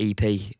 EP